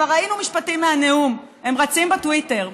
כבר ראינו משפטים מהנאום, הם רצים בטוויטר.